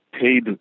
paid